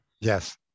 Yes